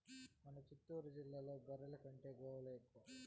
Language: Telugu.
మన చిత్తూరు జిల్లాలో బర్రెల కంటే గోవులే ఎక్కువ